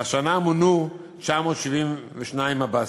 והשנה מונו 972 מב"סים.